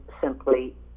simply